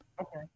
Okay